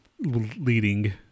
leading